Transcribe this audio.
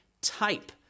type